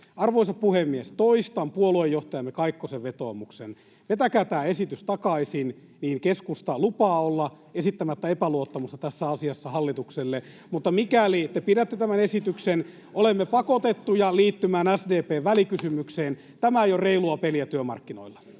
Arvoisa puhemies! Toistan puoluejohtajamme Kaikkosen vetoomuksen: vetäkää tämä esitys takaisin, niin keskusta lupaa olla esittämättä epäluottamusta tässä asiassa hallitukselle, mutta mikäli te pidätte tämän esityksen, olemme pakotettuja liittymään SDP:n välikysymykseen. Tämä ei ole reilua peliä työmarkkinoilla.